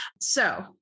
So-